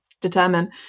determine